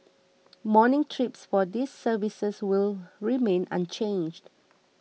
morning trips for these services will remain unchanged